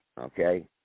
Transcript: okay